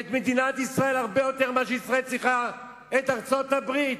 את מדינת ישראל הרבה יותר מאשר ישראל צריכה את ארצות-הברית.